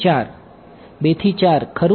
2 થી 4 ખરું ને